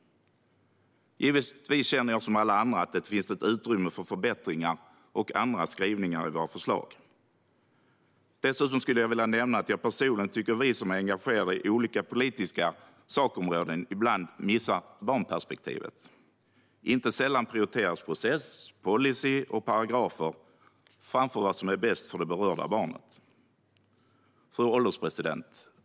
Givetvis känner jag, som alla andra, att det finns utrymme för förbättringar och andra skrivningar i våra förslag. Dessutom skulle jag vilja nämna att jag personligen tycker att vi som är engagerade i olika politiska sakområden ibland missar barnperspektivet. Inte sällan prioriteras process, policy och paragrafer framför vad som är bäst för det berörda barnet. Fru ålderspresident!